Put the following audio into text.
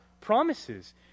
promises